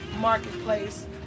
marketplace